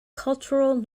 cultural